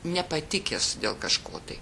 nepatikęs dėl kažko tai